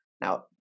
Now